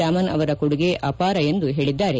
ರಾಮನ್ ಅವರ ಕೊಡುಗೆ ಅಪಾರ ಎಂದು ಹೇಳಿದ್ದಾರೆ